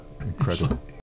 Incredible